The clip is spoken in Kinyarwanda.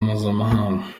mpuzamahanga